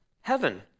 heaven